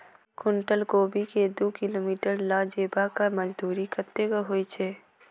एक कुनटल कोबी केँ दु किलोमीटर लऽ जेबाक मजदूरी कत्ते होइ छै?